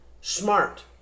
Smart